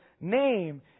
name